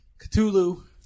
Cthulhu